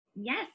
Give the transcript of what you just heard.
Yes